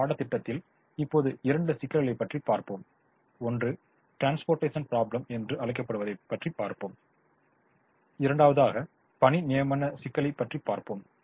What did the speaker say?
இந்த பாடத்திட்டத்தில் இப்போது இரண்டு சிக்கல்களைப் பற்றி பார்ப்போம் ஒன்று ட்ரான்ஸ்போர்ட்டேஷன் ப்ரொப்லெம் என்று அழைக்கப்படுவதைப் பற்றி பார்ப்போம் இரண்டாவதாக பணி நியமன சிக்கலைக் பற்றி பார்ப்போம்